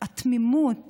התמימות